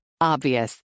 Obvious